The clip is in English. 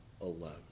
alone